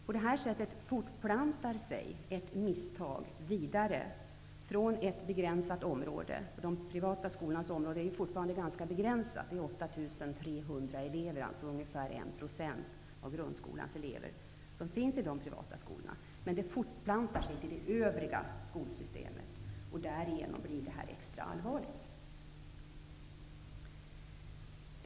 På det sättet fortplantar sig ett misstag från ett begränsat område -- de privata skolornas område är ju fortfarande ganska begränsat, eftersom det omfattar ungefär 8 300 elever, alltså ungefär 1 % av grundskolans elever -- till det övriga skolsystemet. Därigenom blir det här extra allvarligt.